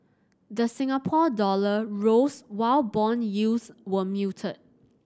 the Singapore dollar rose while bond yields were muted